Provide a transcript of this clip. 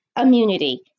immunity